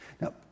Now